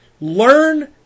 learn